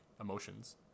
emotions